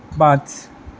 पांच